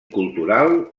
cultural